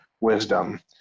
wisdom